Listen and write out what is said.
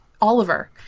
Oliver